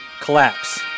collapse